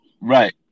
Right